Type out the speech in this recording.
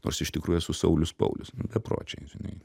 nors iš tikrųjų esu saulius paulius bepročiai žinai